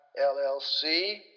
LLC